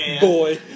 Boy